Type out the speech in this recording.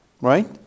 Right